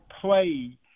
play